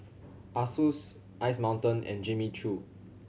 Asus Ice Mountain and Jimmy Choo